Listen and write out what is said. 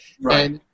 Right